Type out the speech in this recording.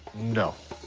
no.